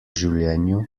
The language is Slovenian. življenju